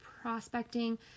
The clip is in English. prospecting